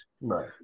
Right